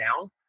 down